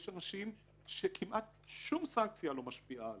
יש אנשים שכמעט שום סנקציה לא משפיעה עליהם,